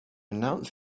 announce